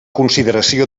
consideració